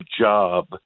Job